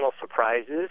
surprises